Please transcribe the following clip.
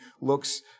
looks